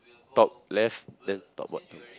top left then top bottom